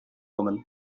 woman